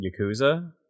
Yakuza